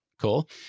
Cool